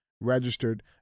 registered